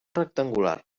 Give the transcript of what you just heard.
rectangular